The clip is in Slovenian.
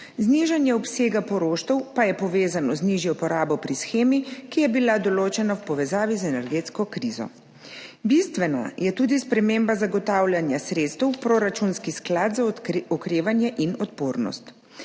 Znižanje obsega poroštev pa je povezano z nižjo porabo pri shemi, ki je bila določena v povezavi z energetsko krizo. Bistvena je tudi sprememba zagotavljanja sredstev v proračunski sklad za okrevanje in odpornost.